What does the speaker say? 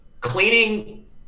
cleaning